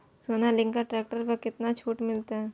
Sonalika tractor पर केतना छूट मिलते?